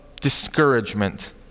discouragement